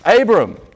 Abram